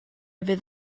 fydd